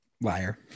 Liar